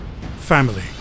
Family